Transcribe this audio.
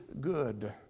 good